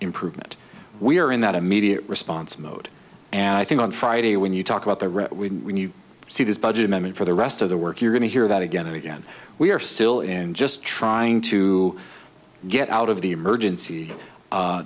improvement we are in that immediate response mode and i think on friday when you talk about the road we see this budget amendment for the rest of the work you're going to hear that again and again we are still in just trying to get out of the emergency